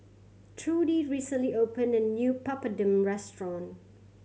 Trudie recently opened a new Papadum restaurant